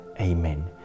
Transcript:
Amen